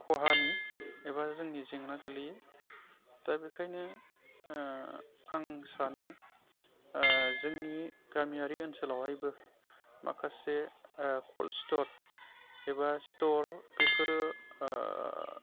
खहानि एबा जोंनि जेंना गोग्लैयो दा बेनिखायनो आं सानो जोंनि गामियारि ओनसोलावहायबो माखासे कल्ड स्ट'र एबा स्ट'र बेफोरो